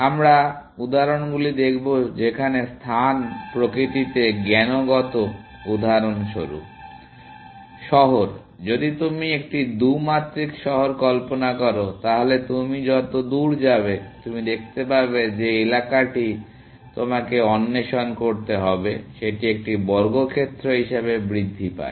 আমরা উদাহরণগুলি দেখব যেখানে স্থান প্রকৃতিতে জ্ঞানগত উদাহরণস্বরূপ শহর যদি তুমি একটি 2 মাত্রিক শহর কল্পনা করো তাহলে তুমি যত দূরে যাবে তুমি দেখতে পাবে যে এলাকাটি আপনাকে অন্বেষণ করতে হবে সেটি একটি বর্গক্ষেত্র হিসাবে বৃদ্ধি পায়